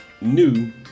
new